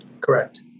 Correct